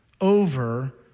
over